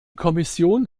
kommission